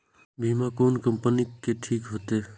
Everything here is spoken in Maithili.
बीमा कोन कम्पनी के ठीक होते?